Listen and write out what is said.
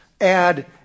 add